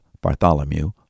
Bartholomew